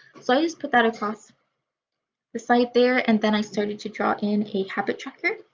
so i just put that across the side there and then i started to draw in a habit tracker.